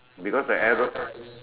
because the arrow